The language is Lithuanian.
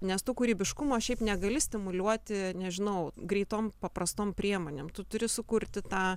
nes tu kūrybiškumo šiaip negali stimuliuoti nežinau greitom paprastom priemonėm tu turi sukurti tą